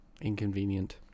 Inconvenient